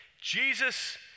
Jesus